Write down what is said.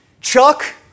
Chuck